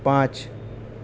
پانچ